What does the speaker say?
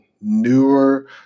newer